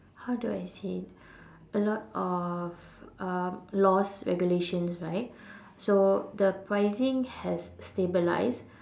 how do I say a lot of um laws regulations right so the pricing has stabilized